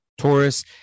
Taurus